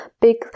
big